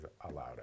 allowed